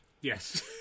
yes